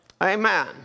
Amen